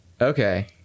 Okay